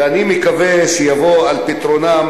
ואני מקווה שהדברים יבואו על פתרונם,